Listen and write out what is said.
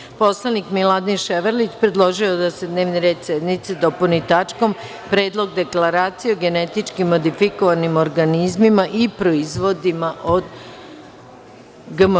Narodni poslanik prof. dr Miladin Ševarlić predložio je da se dnevni red sednice dopuni tačkom – Predlog deklaracije o genetički modifikovanim organizmima i proizvodima od GMO.